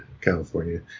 California